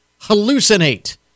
Hallucinate